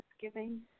Thanksgiving